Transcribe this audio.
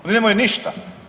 Oni nemaju ništa.